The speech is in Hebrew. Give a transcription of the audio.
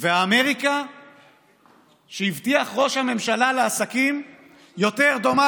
והאמריקה שהבטיח ראש הממשלה לעסקים יותר דומה